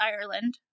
Ireland